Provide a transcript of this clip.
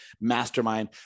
mastermind